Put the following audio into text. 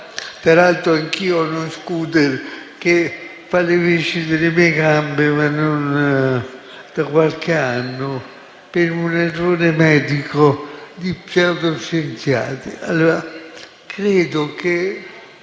Peraltro, anch'io ho uno scooter che fa le veci delle mie gambe, non da qualche anno, per un errore medico di pseudoscienziati. Allora, credo che